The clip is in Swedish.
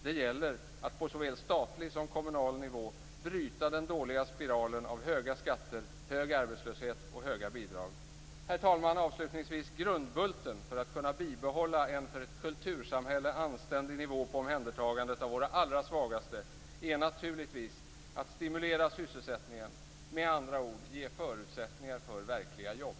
Det gäller att på såväl statlig som kommunal nivå bryta den dåliga spiralen av höga skatter, hög arbetslöshet och höga bidrag. Herr talman! Grundbulten för att kunna bibehålla en för ett kultursamhälle anständig nivå på omhändertagandet av våra allra svagaste är naturligtvis att stimulera sysselsättningen, med andra ord att ge förutsättningar för verkliga jobb.